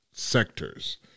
Sectors